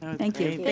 thank you.